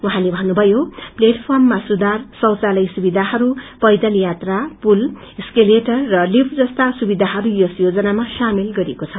उहाँले भन्नुभयो प्लेटफार्ममा सुधार शौखलय सुविषाहरू पैदल यात्रा पुल एस्केलेटर र लिफ्ट जस्ता सुविधाहरू यस योजनामा सामेल गरिएको छ